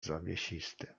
zawiesisty